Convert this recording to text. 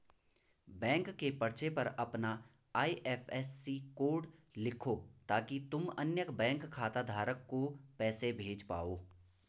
bank के पर्चे पर अपना आई.एफ.एस.सी कोड लिखो ताकि तुम अन्य बैंक खाता धारक को पैसे भेज पाओ